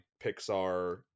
Pixar